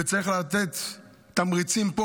וצריך לתת תמריצים פה,